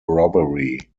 robbery